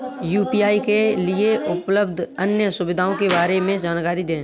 UPI के लिए उपलब्ध अन्य सुविधाओं के बारे में जानकारी दें?